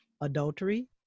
adultery